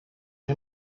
you